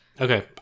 Okay